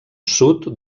sud